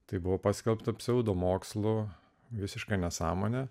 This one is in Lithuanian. tai buvo paskelbta pseudomokslu visiška nesąmone